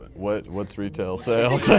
what's what's retail sales?